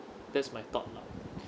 that's my thought lah